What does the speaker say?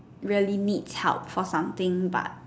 really needs help for something but